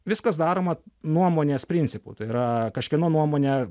viskas daroma nuomonės principu tai yra kažkieno nuomone